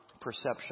perception